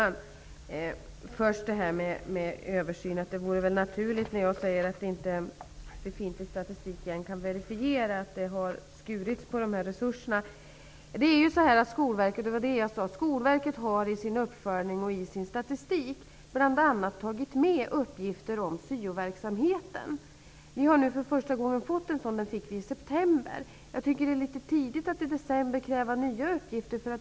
Herr talman! Det vore väl naturligt att skaffa fram statistik, säger Eva Johansson, när jag säger att befintlig statistik inte verifierar att det har skurits på resurserna. Skolverket har i sin uppföljning och i sin statistik bl.a. tagit med uppgifter om syoverksamheten. Vi har nu för första gången fått sådan statistik, den fick vi i december. Jag tycker att det är litet tidigt att i december kräva nya uppgifter.